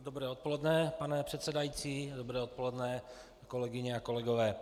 Dobré odpoledne pane předsedající, dobré odpoledne kolegyně a kolegové.